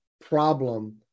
problem